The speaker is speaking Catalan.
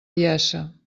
iessa